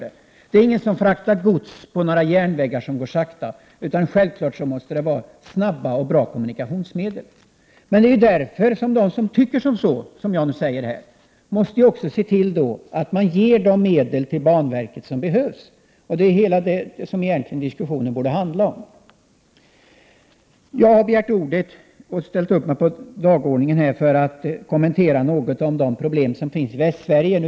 Det är ingen som fraktar gods med tåg som går sakta. Det måste självfallet vara snabba och bra kommunikationsmedel. De som tycker det måste också ge de medel till banverket som behövs, och det är det som diskussionen borde handla om. Jag har begärt ordet för att kommentera problemen i Västsverige.